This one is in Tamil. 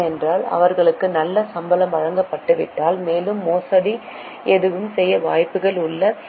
ஏனென்றால் அவர்களுக்கு நல்ல சம்பளம் வழங்கப்படாவிட்டால் அவர்கள் மோசடி செய்ய அதிக வாய்ப்புகள் உள்ளன